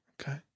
Okay